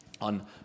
on